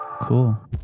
Cool